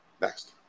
Next